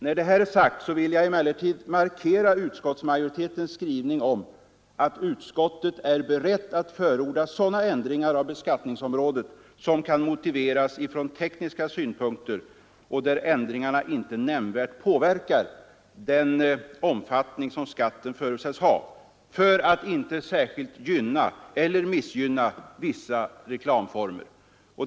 När detta är sagt vill jag emellertid markera utskottsmajoritetens skrivning om att utskottet är berett att förorda sådana ändringar av beskattningsområdet som kan motiveras från tekniska synpunkter och inte nämnvärt påverkar den omfattning som skatten förutsätts ha för att inte särskilt gynna eller missgynna vissa reklamformer.